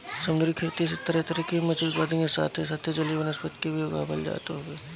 समुंदरी खेती से तरह तरह के मछरी उत्पादन के साथे साथ जलीय वनस्पति के भी उगावल जात हवे